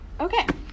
Okay